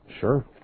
Sure